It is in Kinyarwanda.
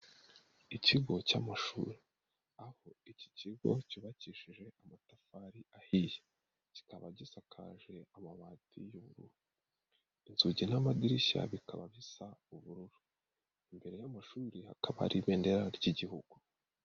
Ikigo cy'amashuri aho iki kigo cyubakishije amatafari ahiye, kikaba gisakaje amabati y'ubururu inzugi n'amadirishya bikaba bisa ubururu, imbere y'amashuri hakaba hari ibendera ry'Igihugu.